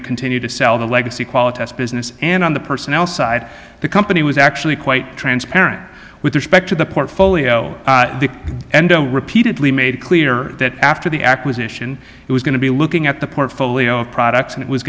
to continue to sell the legacy quality as business and on the personnel side the company was actually quite transparent with respect to the portfolio the endo repeatedly made clear that after the acquisition it was going to be looking at the portfolio of products and it was